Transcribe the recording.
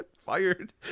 fired